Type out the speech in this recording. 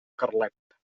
carlet